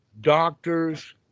doctors